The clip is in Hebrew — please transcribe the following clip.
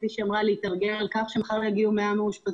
כפי שהיא אמרה להתארגן על כך שמחר יגיעו 100 מאושפזים.